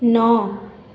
ନଅ